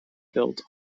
built